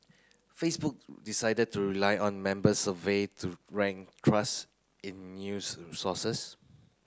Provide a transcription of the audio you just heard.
Facebook decided to rely on member survey to rank trust in news sources